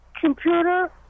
computer